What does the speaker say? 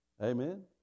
Amen